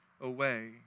away